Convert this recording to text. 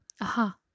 Aha